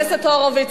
חבר הכנסת הורוביץ.